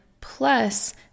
plus